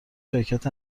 ژاکت